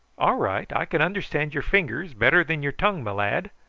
all right i can understand your fingers better than your tongue, my lad.